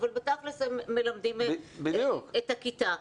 אבל בתכל'ס הם מלמדים את הכיתה.